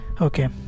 Okay